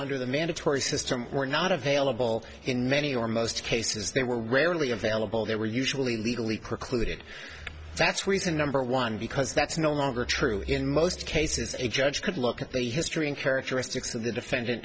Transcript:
under the mandatory system were not available in many or most cases they were rarely available they were usually legally precluded that's reason number one because that's no longer true in most cases a judge could look at the history and characteristics of the defendant